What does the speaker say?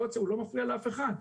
לא ירצה אז הוא לא מפריע לאף אחד,